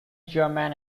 chairman